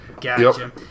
Gotcha